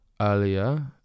earlier